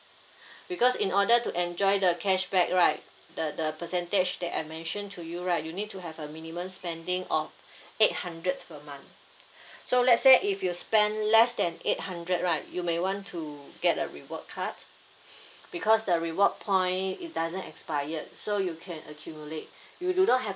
because in order to enjoy the cashback right the the percentage that I mentioned to you right you need to have a minimum spending of eight hundreds per month so let's say if you spend less than eight hundred right you may want to get the reward cards because the reward point it doesn't expired so you can accumulate you do not have